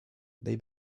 they